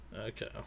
Okay